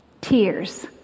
Tears